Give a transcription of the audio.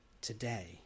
today